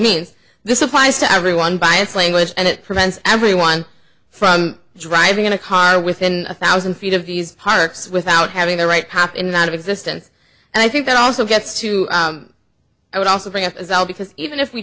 means this applies to everyone by its language and it prevents everyone from driving a car within a thousand feet of these parks without having the right hop in and out of existence and i think that also gets to i would also bring up as well because even if we